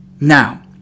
Now